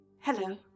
Hello